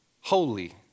Holy